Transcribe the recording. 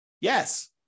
Yes